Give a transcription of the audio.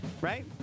right